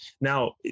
Now